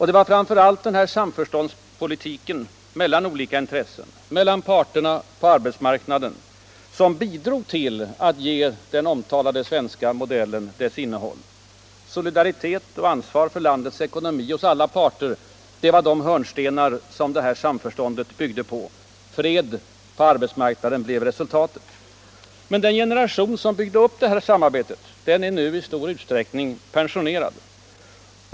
Det var framför allt denna samförståndspolitik — som innebar samförstånd mellan olika intressen, mellan parterna på arbetsmarknaden — som gav den omtalade ”svenska mo-, dellen” dess innehåll. Solidaritet och ansvar för landets ekonomi hos alla parter var de hörnstenar som detta samförstånd byggde på. Fred på arbetsmarknaden blev resultatet. Men den generation som byggde upp samarbetet är nu i stor utsträckning pensionerad.